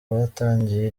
batangiye